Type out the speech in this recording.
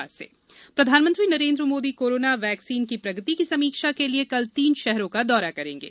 vaccine प्रगति समीक्षा PM प्रधानमंत्री नरेन्द्र मोदी कोरोना वैक्सीन की प्रगति की समीक्षा के लिए कल तीन शहरों का दौरा करेंगे